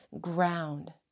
ground